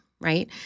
right